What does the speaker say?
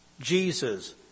Jesus